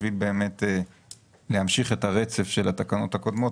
בשביל באמת להמשיך את הרצף של התקנות הקודמות,